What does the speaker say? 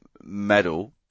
medal